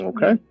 Okay